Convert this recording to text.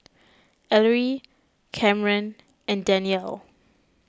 Ellery Camren and Danyell